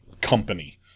company